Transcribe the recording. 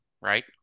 Right